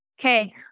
Okay